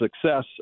success